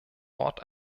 ort